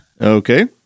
Okay